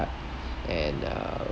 and uh